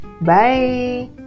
bye